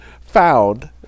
found